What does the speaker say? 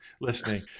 listening